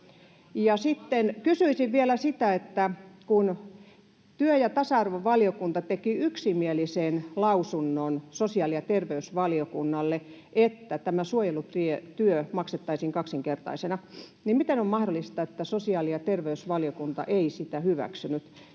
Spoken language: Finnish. Sitten kysyisin vielä sitä, että kun työ- ja tasa-arvovaliokunta teki yksimielisen lausunnon sosiaali- ja terveysvaliokunnalle, että tämä suojelutyö maksettaisiin kaksinkertaisena, niin miten on mahdollista, että sosiaali- ja terveysvaliokunta ei sitä hyväksynyt.